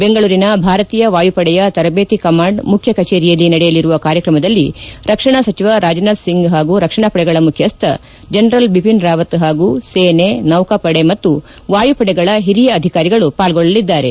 ಬೆಂಗಳೂರಿನ ಭಾರತೀಯ ವಾಯುಪಡೆಯ ತರಬೇತಿ ಕಮಾಂಡ್ ಮುಖ್ಯ ಕಚೇರಿಯಲ್ಲಿ ನಡೆಯಲಿರುವ ಕಾರ್ಯಕ್ರಮದಲ್ಲಿ ರಕ್ಷಣಾ ಸಚಿವ ರಾಜನಾಥ್ ಸಿಂಗ್ ಹಾಗೂ ರಕ್ಷಣಾ ಪಡೆಗಳ ಮುಖ್ಯಸ್ಥ ಜನರಲ್ ಬಿಪಿನ್ ರಾವತ್ ಹಾಗೂ ಸೇನೆ ನೌಕಾಪಡೆ ಮತ್ತು ವಾಯುಪಡೆಗಳ ಹಿರಿಯ ಅಧಿಕಾರಿಗಳು ಪಾಲ್ಗೊಳ್ಳಲಿದ್ದಾರೆ